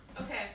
Okay